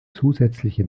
zusätzliche